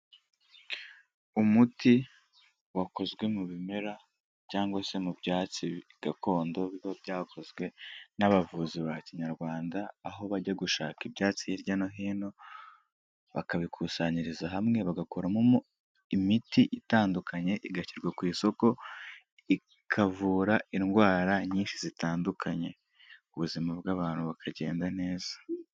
Umuti wakozwe mu bimera cyangwa se mu byatsi gakondo biba byakozwe n'abavuzi ba kinyarwanda, aho bajya gushaka ibyatsi hirya no hino bakabikusanyiriza hamwe, bagakoramo imiti itandukanye igashyirwa ku isoko, ikavura indwara nyinshi zitandukanye, ubuzima bw'abantu bakagenda neza.